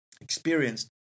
experienced